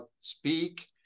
speak